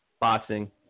boxing